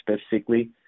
specifically